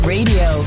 Radio